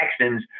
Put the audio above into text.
Texans